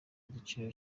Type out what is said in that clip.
igiciro